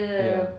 ya